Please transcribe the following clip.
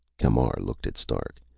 camar looked at stark,